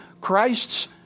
Christ's